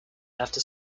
after